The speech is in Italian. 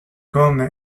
come